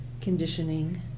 conditioning